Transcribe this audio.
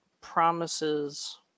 promises